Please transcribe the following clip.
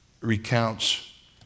recounts